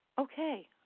Okay